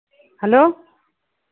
hello